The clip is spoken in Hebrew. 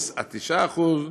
גבינה לבנה עד 5% שומן,